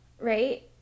right